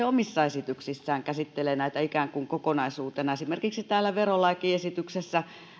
omissa esityksissään käsittelee näitä ikään kuin kokonaisuutena esimerkiksi täällä verolakiesityksessä